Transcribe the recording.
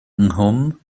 nghwm